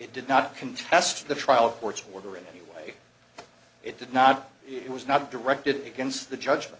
it did not contest the trial courts were in any way it did not it was not directed against the judgment